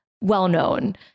well-known